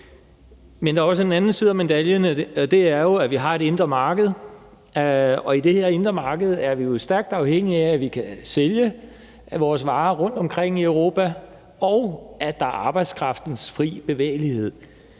Men der er også en anden side af medaljen, og det er, at vi har et indre marked, og i det her indre marked er vi stærkt afhængige af, at vi kan sælge vores varer rundtomkring i Europa, og at arbejdskraftens fri bevægelighed